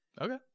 okay